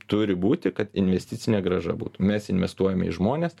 turi būti kad investicinė grąža būtų mes investuojame į žmones